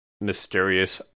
mysterious